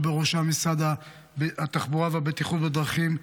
ובראשם משרד התחבורה והבטיחות בדרכים,